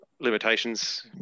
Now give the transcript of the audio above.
limitations